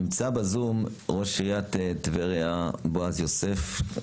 נמצא בזום ראש עיריית טבריה, בועז יוסף.